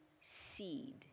seed